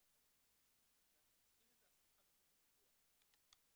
עליהן ואנחנו צריכים הסמכה לכך בחוק הפיקוח.